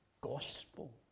gospel